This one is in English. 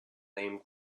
name